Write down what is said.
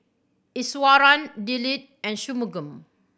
Iswaran Dilip and Shunmugam